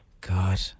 God